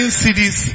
cities